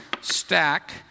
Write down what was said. stack